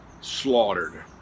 slaughtered